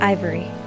Ivory